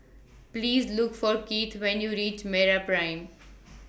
Please Look For Kieth when YOU REACH Meraprime